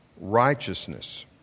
righteousness